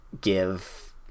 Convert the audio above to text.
give